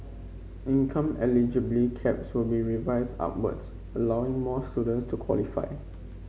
income eligibility caps will be revised upwards allowing more students to qualify